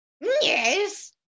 Yes